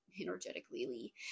energetically